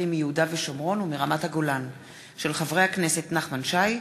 בהצעתם של חברי הכנסת נחמן שי,